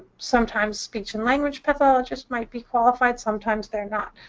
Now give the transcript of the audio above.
sometimes speech and language pathologists might be qualified. sometimes they're not.